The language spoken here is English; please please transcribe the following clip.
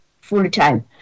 full-time